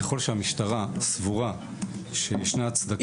ככל שהמשטרה סבורה שישנה הצדקה.